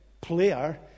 player